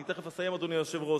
אני תיכף אסיים, אדוני היושב-ראש.